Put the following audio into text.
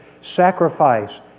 Sacrifice